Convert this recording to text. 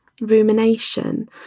rumination